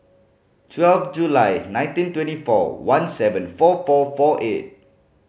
twelve July nineteen twenty four one seven four four four eight